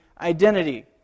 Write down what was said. identity